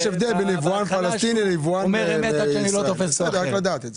עד שאני לא תופס אותו אחרת.